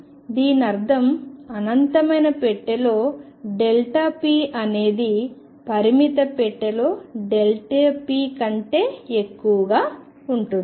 దీనర్థం అనంతమైన పెట్టె లో p అనేది పరిమిత పెట్టెలో p కంటే ఎక్కువగా ఉంటుంది